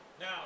now